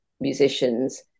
musicians